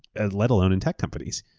and let alone in tech companies?